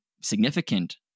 significant